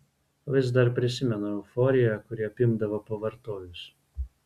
vis dar prisimenu euforiją kuri apimdavo pavartojus